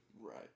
right